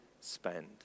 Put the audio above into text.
spend